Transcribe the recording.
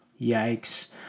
Yikes